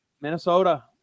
Minnesota